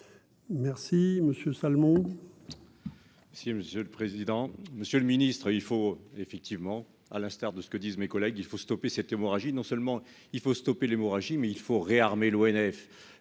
Merci Monsieur Salmon.